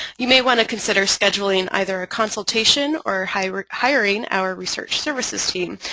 you may want to consider scheduling either a consultation or hiring hiring our research services team.